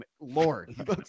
lord